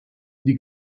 die